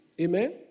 Amen